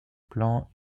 plan